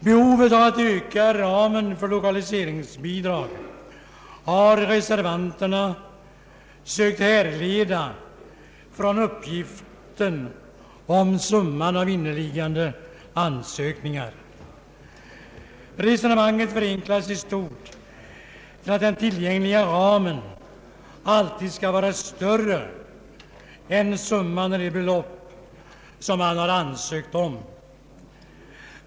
Behovet att vidga ramen för lokaliseringsbidrag har reservanterna sökt härleda från uppgiften om summan av inneliggande ansökningar. Resonemanget förenklas i stort till att den tillgängliga ramen alltid skall vara större än summan av de belopp som man har ansökt om.